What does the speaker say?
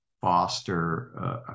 foster